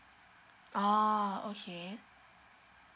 oh okay